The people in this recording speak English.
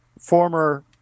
former